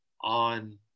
on